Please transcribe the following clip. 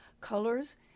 colors